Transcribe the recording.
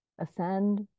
ascend